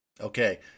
okay